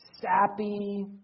Sappy